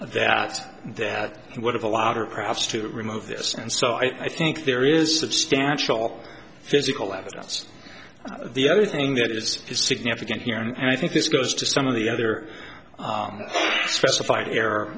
that that he would have allowed her perhaps to remove this and so i think there is substantial physical evidence the other thing that is significant here and i think this goes to some of the other specified error